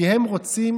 כי הם רוצים